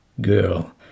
girl